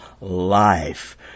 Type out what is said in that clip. life